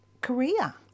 Korea